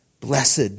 Blessed